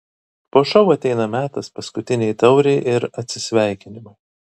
po šou ateina metas paskutinei taurei ir atsisveikinimui